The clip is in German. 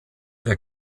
der